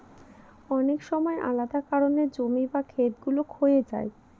অনেক সময় আলাদা কারনে জমি বা খেত গুলো ক্ষয়ে যায়